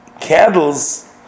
candles